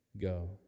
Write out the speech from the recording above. go